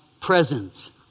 presence